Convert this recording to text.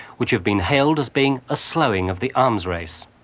which have been hailed as being a slowing of the arms race.